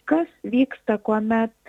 kas vyksta kuomet